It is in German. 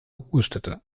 ruhestätte